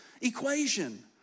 equation